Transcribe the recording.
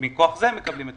מכוח זה הם מקבלים את